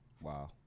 wow